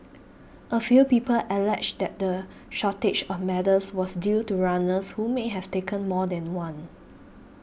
a few people alleged that the shortage of medals was due to runners who may have taken more than one